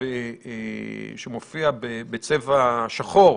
שמופיע בצבע שחור,